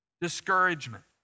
Discouragement